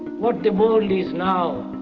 what the world is now,